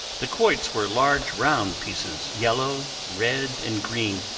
the quoits were large round pieces, yellow, red, and green,